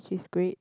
discrete